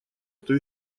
кто